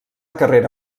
carrera